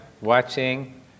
watching